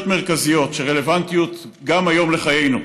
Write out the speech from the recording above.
מרכזיות שרלוונטיות גם היום לחיינו.